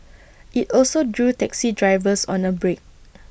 IT also drew taxi drivers on A break